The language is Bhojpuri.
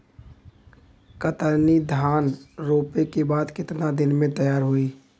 कतरनी धान रोपे के बाद कितना दिन में तैयार होई?